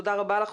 תודה רבה לך.